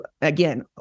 Again